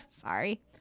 sorry